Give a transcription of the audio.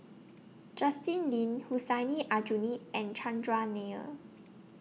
Justin Lean Hussein Aljunied and Chandran Nair